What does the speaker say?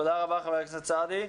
תודה רבה, חבר הכנסת סעדי.